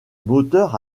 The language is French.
moteurs